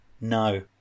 No